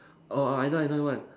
oh I know another one